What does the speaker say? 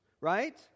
right